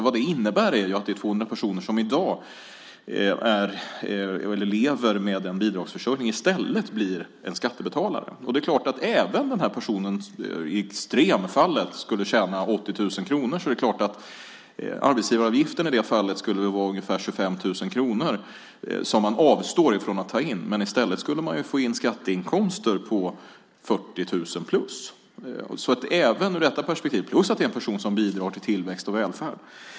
Vad det innebär är att de 200 000 personer som i dag lever med en bidragsförsörjning i stället blir skattebetalare. Om någon i extremfallet skulle tjäna 80 000 kronor i månaden skulle arbetsgivaravgiften i det fallet vara ungefär 25 000 kronor, som man avstår att ta in, men i stället skulle det ge skatteinkomster på 40 000 plus. Även i detta perspektiv är det bra, plus att det är en person som bidrar till tillväxt och välfärd.